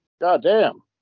Goddamn